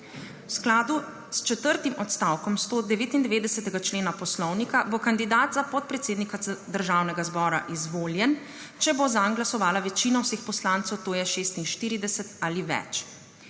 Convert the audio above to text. V skladu s četrtim odstavkom 199. člena Poslovnika bo kandidat za podpredsednika Državnega zbora izvoljen, če bo zanj glasovala večina vseh poslancev, to je 46 ali več.